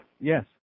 Yes